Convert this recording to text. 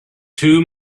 two